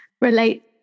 relate